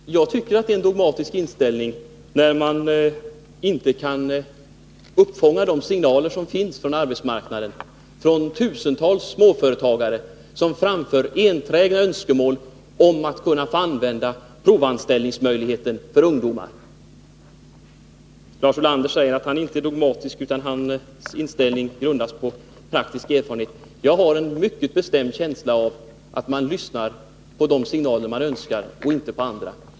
Herr talman! Jag tycker att det är en dogmatisk inställning, när man inte kan uppfånga de signaler som finns på arbetsmarknaden. Tusentals småföretagare framför enträgna önskemål om att kunna få använda provanställningsmöjligheter för ungdomar. Lars Ulander säger att han inte är dogmatisk utan att hans inställning grundas på praktisk erfarenhet. Jag har en mycket bestämd känsla av att man lyssnar på de signaler man önskar höra — inte på andra.